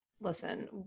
Listen